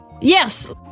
Yes